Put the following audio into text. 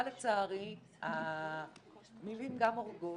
אבל לצערי המילים גם הורגות